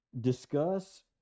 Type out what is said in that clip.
discuss